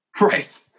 Right